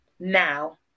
now